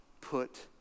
put